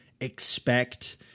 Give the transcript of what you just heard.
expect